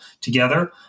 together